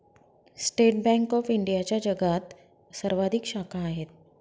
state Bank of इंडियाच्या जगात सर्वाधिक शाखा आहेत